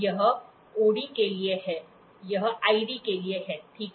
यह OD के लिए है यह ID के लिए है ठीक है